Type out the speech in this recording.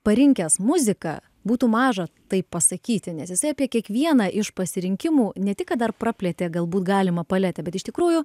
parinkęs muziką būtų maža taip pasakyti nes jisai apie kiekvieną iš pasirinkimų ne tik kad dar praplėtė galbūt galima paletę bet iš tikrųjų